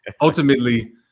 ultimately